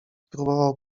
próbował